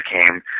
came